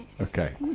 Okay